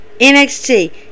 NXT